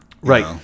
Right